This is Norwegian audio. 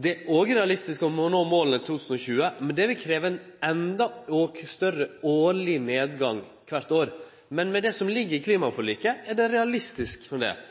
Det er realistisk å nå målet i 2020, men det vil krevje ein enda større årleg nedgang. Men med det som ligg i klimaforliket, er det eit realistisk mål. Sidan det er